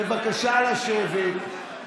בבקשה לשבת.